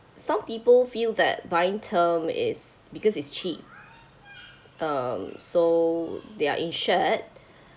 some people feel that buying term is because it's cheap um so they are insured